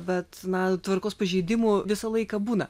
bet na tvarkos pažeidimų visą laiką būna